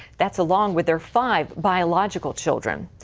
that's along with their five biological children.